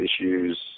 issues